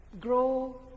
grow